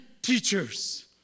Teachers